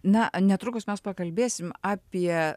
na netrukus mes pakalbėsim apie